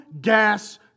gas